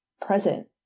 present